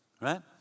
right